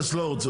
המהנדס לא רוצה.